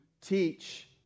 teach